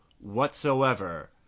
whatsoever